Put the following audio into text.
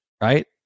right